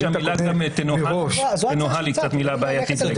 שהמילה "תנוהל" היא מילה קצת בעייתית.